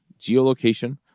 geolocation